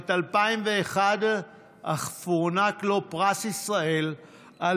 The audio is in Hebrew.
בשנת 2001 אף הוענק לו פרס ישראל על